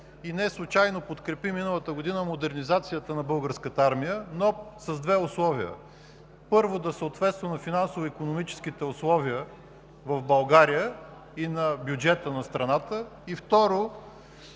и неслучайно миналата година подкрепи модернизацията на Българската армия, но при две условия. Първо, да съответства на финансово-икономическите условия в България и на бюджета на страната и, второ,